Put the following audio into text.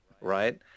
right